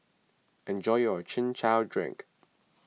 enjoy your Chin Chow Drink